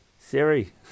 Siri